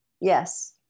Yes